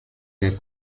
der